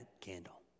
candle